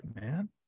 man